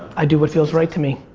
i do what feels right to me.